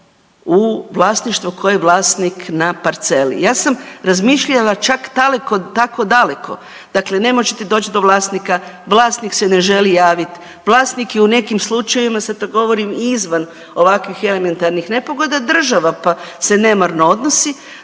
u vlasništva tko je vlasnik na parceli. Ja sam razmišljala čak tako daleko, dakle ne možete doć do vlasnika, vlasnik se ne želi javit, vlasnik je u nekim slučajevima, sad to govorim izvan ovakvih elementarnih nepogoda, država, pa se nemarno odnosi,